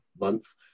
months